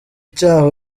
icyaha